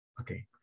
Okay